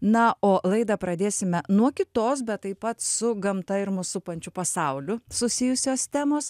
na o laidą pradėsime nuo kitos bet taip pat su gamta ir mus supančiu pasauliu susijusios temos